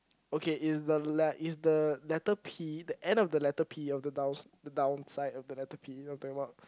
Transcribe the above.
okay is the le~ is the letter P the end of the letter P of the down~ the downside of the letter P you know what I'm talking about